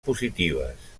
positives